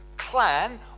Clan